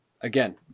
again